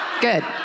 Good